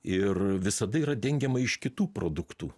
ir visada yra dengiama iš kitų produktų